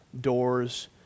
doors